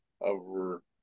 over